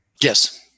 Yes